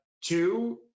Two